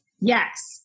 Yes